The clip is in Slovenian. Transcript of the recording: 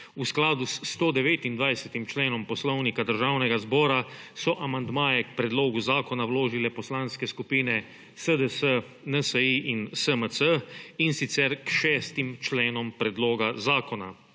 V skladu s 129. členom Poslovnika Državnega zbora so amandmaje k predlogu zakona vložile poslanske skupine SDS, NSi in SMC, in sicer k šestim členom predloga zakona.